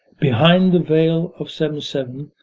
behind the veil of seven seven,